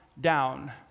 down